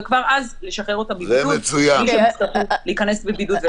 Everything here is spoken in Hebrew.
וכבר אז לשחרר אותם מבידוד בלי שהם יצטרכו להיכנס לבידוד ולצאת.